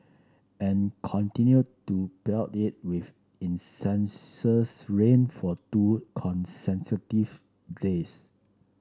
and continued to pelt it with incessant rain for two consecutive days